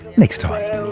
next time.